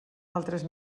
altres